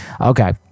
Okay